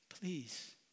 Please